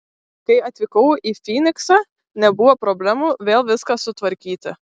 kai atvykau į fyniksą nebuvo problemų vėl viską sutvarkyti